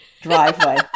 driveway